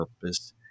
purpose